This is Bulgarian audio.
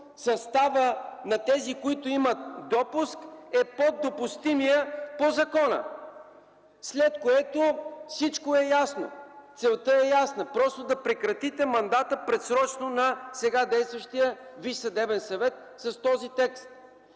съставът на тези, които имат достъп, е под допустимия по закона. След което всичко е ясно, целта е ясна – да прекратите предсрочно мандата на сега действащия Висш съдебен съвет с този текст.